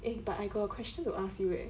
eh but I got a question to ask you eh